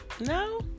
No